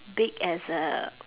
big as a